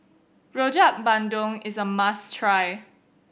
Rojak Bandung is a must try